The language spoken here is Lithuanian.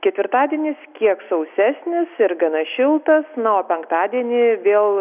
ketvirtadienis kiek sausesnis ir gana šiltas na o penktadienį vėl